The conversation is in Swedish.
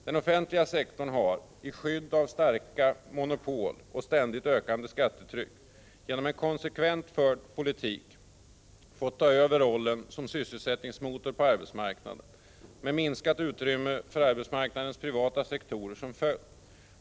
Den offentliga sektorn har, i skydd av starka monopol och ständigt ökande skattetryck, genom en konsekvent förd politik fått ta över rollen som sysselsättningsmotor på arbetsmarknaden, med minskat utrymme för arbetsmarknadens privata sektorer som följd.